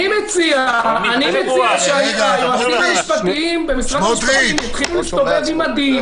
אני מציע שהיועצים המשפטיים במשרד המשפטים יתחילו להסתובב עם מדים.